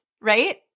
right